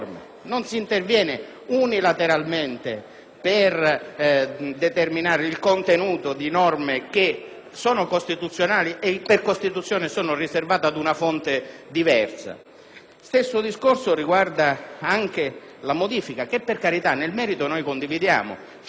per determinare il contenuto di norme che sono costituzionali e per Costituzione riservate ad una fonte diversa. Lo stesso discorso riguarda anche la modifica che nel merito condividiamo, inerente i collegamenti con le isole minori.